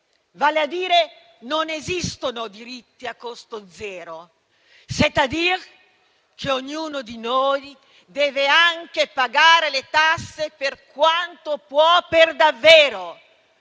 non esistono diritti a costo zero, *c'est-à-dire* che ognuno di noi deve anche pagare le tasse, per quanto può per davvero,